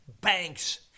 Banks